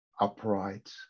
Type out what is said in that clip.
upright